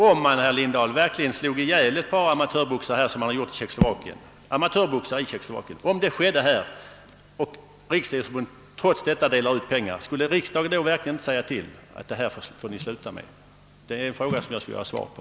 Om man, herr Lindahl, verkligen slår ihjäl ett par amatörboxare här, som man har gjort i Tjeckoslovakien, och Riksidrottsförbundet trots detta ger boxningen pengar, skulle riksdagen inte då säga till att detta måste upphöra? Det är en fråga som jag skulle vilja ha svar på.